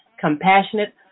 compassionate